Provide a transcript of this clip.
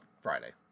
Friday